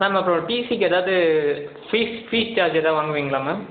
ma'am அப்புறம் டீசிக்கு எதாவது ஃபீஸ் ஃபீஸ் சார்ஜ் எதாவது வாங்குவிங்களா மேம்